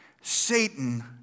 Satan